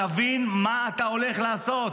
תבין מה אתה הולך לעשות.